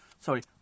Sorry